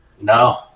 No